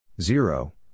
Zero